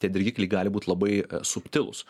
tie dirgikliai gali būt labai subtilūs